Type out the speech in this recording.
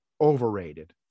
overrated